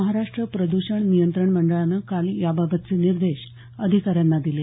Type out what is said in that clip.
महाराष्ट्र प्रद्षण नियंत्रण मंडळानं काल याबाबतचे निर्देश अधिकाऱ्यांना दिले